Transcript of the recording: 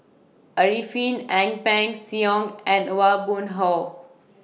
Arifin Ang Peng Siong and Aw Boon Haw